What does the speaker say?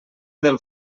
del